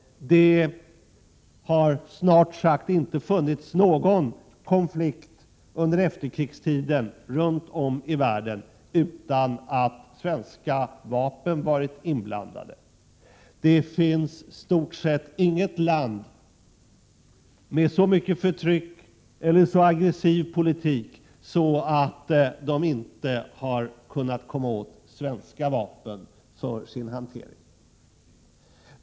Det har snart sagt inte funnits någon konflikt under efterkrigstiden runt om i världen utan att svenska vapen har varit inblandade. Det finns i stort sett inget land med så mycket förtryck eller så aggressiv politik att man inte har kunnat komma åt svenska vapen för sin hantering.